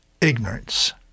ignorance